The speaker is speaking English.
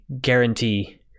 guarantee